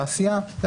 תעשייה.